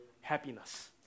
happiness